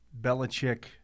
Belichick